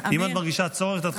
אם את מרגישה צורך, תתחילי מחדש.